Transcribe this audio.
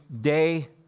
day